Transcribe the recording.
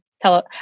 tell